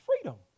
freedom